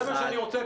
זה מה שאני רוצה.